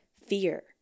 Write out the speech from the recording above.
fear